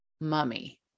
mummy